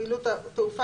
פעילות תעופה,